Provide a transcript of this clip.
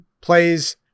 plays